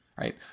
right